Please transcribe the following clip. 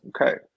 okay